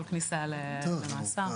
אלא נמצאים במרחב: מורים,